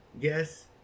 Yes